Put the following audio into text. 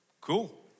cool